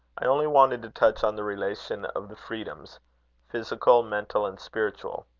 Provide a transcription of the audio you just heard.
i only wanted to touch on the relation of the freedoms physical, mental, and spiritual.